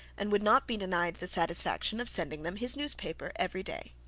and would not be denied the satisfaction of sending them his newspaper every day.